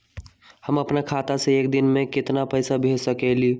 हम अपना खाता से एक दिन में केतना पैसा भेज सकेली?